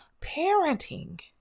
parenting